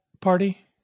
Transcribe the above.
party